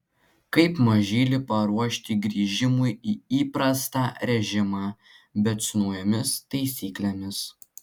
kaip mažylį paruošti grįžimui į įprastą režimą bet su naujomis taisyklėmis